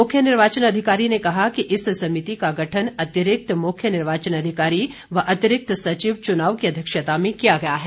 मुख्य निर्वाचन अधिकारी ने कहा कि इस समिति का गठन अतिरिक्त मुख्य निर्वाचन अधिकारी व अतिरिक्त सचिव चुनाव की अध्यक्षता में किया गया है